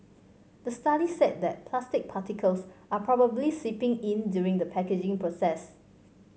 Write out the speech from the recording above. the study said that plastic particles are probably seeping in during the packaging process